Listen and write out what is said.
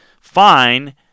fine